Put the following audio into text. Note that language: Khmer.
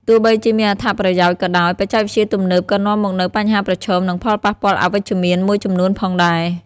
ទោះបីជាមានអត្ថប្រយោជន៍ក៏ដោយ បច្ចេកវិទ្យាទំនើបក៏នាំមកនូវបញ្ហាប្រឈម និងផលប៉ះពាល់អវិជ្ជមានមួយចំនួនផងដែរ។